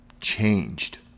changed